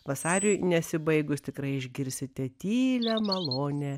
vasariui nesibaigus tikrai išgirsite tylią malonią